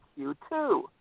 Q2